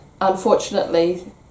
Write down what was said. unfortunately